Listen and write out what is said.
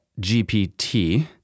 GPT